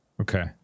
Okay